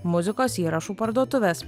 muzikos įrašų parduotuvės